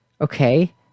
okay